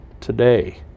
today